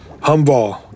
Humval